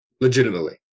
Legitimately